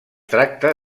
tracta